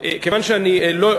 כיוון שאני לא,